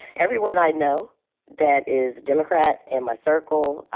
everyone i know that is democrat in my circle,